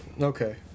okay